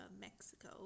Mexico